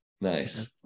nice